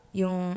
yung